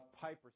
Piper